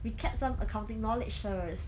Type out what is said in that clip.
we kept some accounting knowledge first